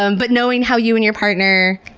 um but knowing how you and your partner